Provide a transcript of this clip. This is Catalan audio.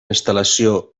instal·lació